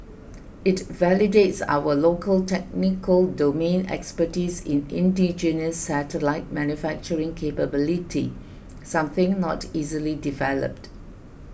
it validates our local technical domain expertise in indigenous satellite manufacturing capability something not easily developed